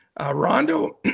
Rondo